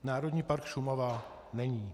Národní park Šumava není.